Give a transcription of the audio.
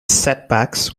setbacks